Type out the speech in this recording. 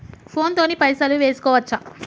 Phone తోని పైసలు వేసుకోవచ్చా?